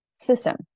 system